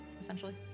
essentially